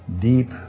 deep